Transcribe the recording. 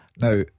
Now